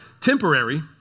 Temporary